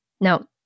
Now-